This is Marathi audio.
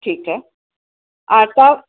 ठीक आहे आता